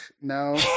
no